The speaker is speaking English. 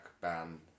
ban